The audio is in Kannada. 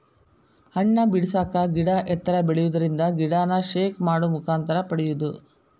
ಹಣ್ಣ ಬಿಡಸಾಕ ಗಿಡಾ ಎತ್ತರ ಬೆಳಿಯುದರಿಂದ ಗಿಡಾನ ಶೇಕ್ ಮಾಡು ಮುಖಾಂತರ ಪಡಿಯುದು